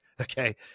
okay